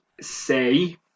say